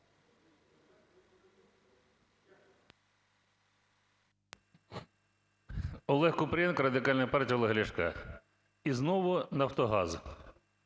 Олег Купрієнко, Радикальна партія Олега Ляшка. І знову "Нафтогаз".